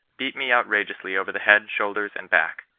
beat me outrageously over the head, shoulders, and back.